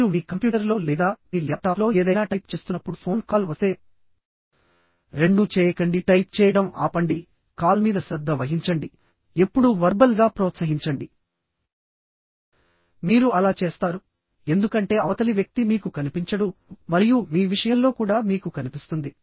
మీరు మీ కంప్యూటర్లో లేదా మీ ల్యాప్టాప్లో ఏదైనా టైప్ చేస్తున్నప్పుడు ఫోన్ కాల్ వస్తే రెండూ చేయకండి టైప్ చేయడం ఆపండి కాల్ మీద శ్రద్ధ వహించండి ఎప్పుడు వర్బల్ గా ప్రోత్సహించండి మీరు అలా చేస్తారు ఎందుకంటే అవతలి వ్యక్తి మీకు కనిపించడు మరియు మీ విషయంలో కూడా మీకు కనిపిస్తుంది